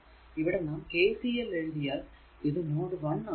ഇവിടെ നാം KCL എഴുതിയാൽ ഇത് നോഡ് 1 ആകുന്നു